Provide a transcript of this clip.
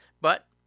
But